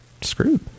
screwed